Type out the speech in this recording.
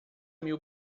mil